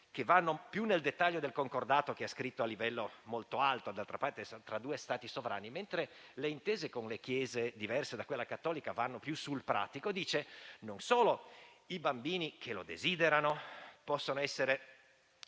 che vanno più nel dettaglio - ricordo che è scritto a livello molto alto perché è tra due Stati sovrani - mentre le intese con le chiese diverse da quella cattolica vanno più sul pratico, dicono non solo che i bambini che lo desiderano possono senza